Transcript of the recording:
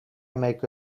make